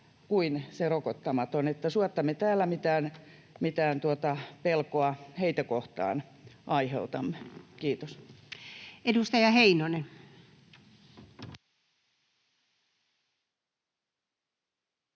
kuin se rokottamaton, eli suotta me täällä mitään pelkoa heitä kohtaan aiheutamme. — Kiitos. [Speech